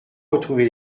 retrouvé